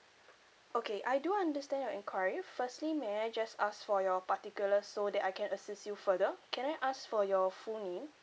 okay I do understand your enquiry firstly may I just ask for your particulars so that I can assist you further can I ask for your full name